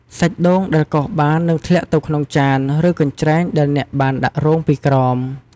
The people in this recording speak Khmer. សាច់ដូងដែលកោសបាននឹងធ្លាក់ទៅក្នុងចាន ឬកញ្ច្រែងដែលអ្នកបានដាក់រងពីក្រោម។